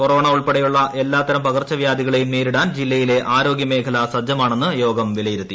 corona ഉൾപ്പെടെയുള്ള എല്ലാത്തരും പ്കർച്ചവ്യാധികളെയും നേരിടാൻ ജില്ലയിലെ ആരോഗ്യമേഖല്ല് സ്ജ്ജമെന്ന് യോഗം വിലയിരുത്തി